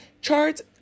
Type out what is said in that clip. charts